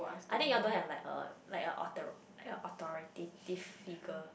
I think you all don't have like a like a alter like authoritative figure